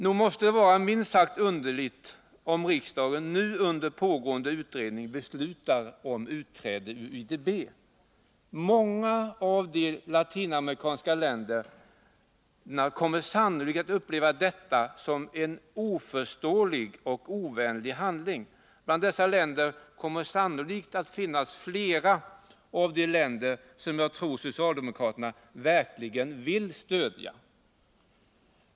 Nog måste det vara minst sagt underligt om riksdagen nu under pågående utredning beslutar om utträde ur IDB. Många av de lantinamerikanska länderna kommer sannolikt att uppleva detta som en oförståelig och ovänlig handling. Bland dessa länder kommer sannolikt att finnas flera av de länder som jag tror att socialdemokraterna verkligen vill stödja.